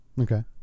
Okay